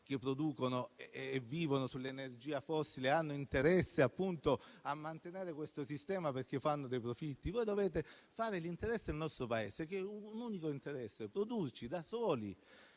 che producono, vivono sull'energia fossile e hanno interesse a mantenere questo sistema perché fanno dei profitti. Voi dovete fare l'interesse del nostro Paese che è uno solo: produrci da soli